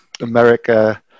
America